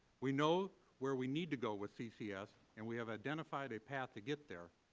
we know where we need to go with ccs and we have identified a path to get there,